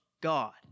God